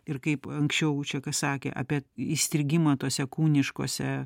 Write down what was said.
ir kaip anksčiau čekas sakė apie įstrigimą tose kūniškose